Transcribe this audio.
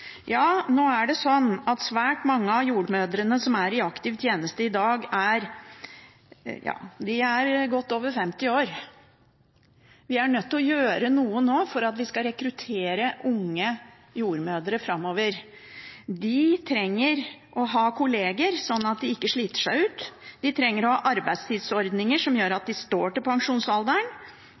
Nå er det sånn at svært mange av jordmødrene som er i aktiv tjeneste i dag, er godt over 50 år. Vi er nødt til å gjøre noe nå for å rekruttere unge jordmødre framover. De trenger å ha kolleger, slik at de ikke sliter seg ut, de trenger å ha arbeidstidsordninger som gjør at de står til pensjonsalderen,